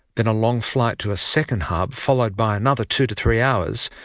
then a long flight to a second hub, followed by another two to three hours,